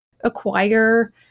acquire